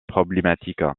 problématique